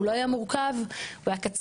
הוא לא היה מורכב, הוא היה קצר.